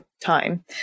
time